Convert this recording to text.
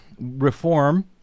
Reform